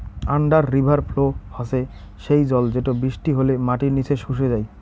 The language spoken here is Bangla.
আন্ডার রিভার ফ্লো হসে সেই জল যেটো বৃষ্টি হলে মাটির নিচে শুষে যাই